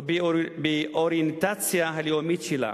או באוריינטציה הלאומית שלה?